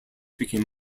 became